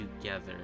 together